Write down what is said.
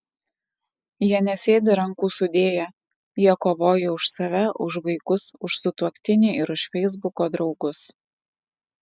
jie nesėdi rankų sudėję jie kovoja už save už vaikus už sutuoktinį ir už feisbuko draugus